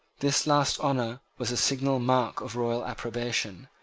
this last honour was a signal mark of royal approbation.